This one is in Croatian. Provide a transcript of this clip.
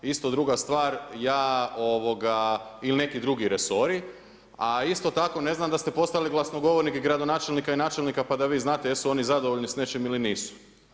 Isto druga stvar, ja ili neki drugi resori, a isto tako ne znam da ste postali glasnogovornik gradonačelnika i načelnika pa da vi znate jesu oni zadovoljni s nečim ili nisu.